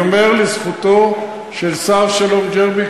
אני אומר לזכותו של שר-שלום ג'רבי,